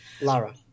Lara